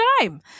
time